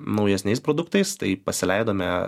naujesniais produktais tai pasileidome